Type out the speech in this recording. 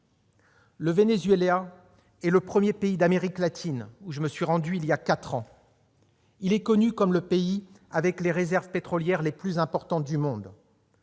Le Venezuela est le premier pays d'Amérique latine où je me suis rendu, voilà quatre ans. Il est connu comme le pays disposant des réserves pétrolières les plus importantes au monde.